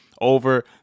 over